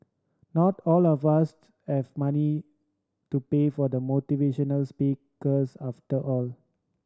not all of us have money to pay for the motivational speakers after all